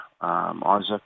Isaac